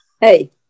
Hey